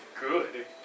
good